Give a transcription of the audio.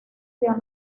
dio